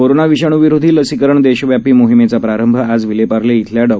corona विषाणूविरोधी लसीकरण देशव्यापी मोहिमेचा प्रारंभ आज विलेपार्ले इतल्या डॉ